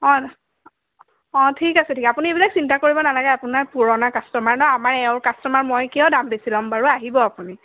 অঁ অঁ ঠিক আছে ঠিক আছে আপুনি এইবিলাক চিন্তা কৰিব নালাগে আপোনাৰ পুৰণা কাষ্টমাৰ ন' আমাৰ এওঁৰ কাষ্টমাৰ মই কিয় দাম বেছি ল'ম বাৰু আহিব আপুনি